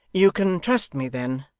you can trust me then,